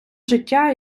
життя